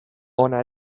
hona